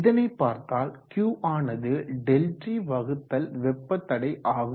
இதனை பார்த்தால் Q ஆனது ΔT வகுத்தல் வெப்ப தடை ஆகும்